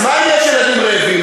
אז מה אם יש ילדים רעבים?